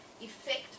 effect